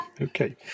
okay